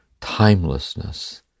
timelessness